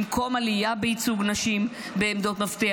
במקום עלייה בייצוג נשים בעמדות מפתח,